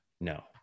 no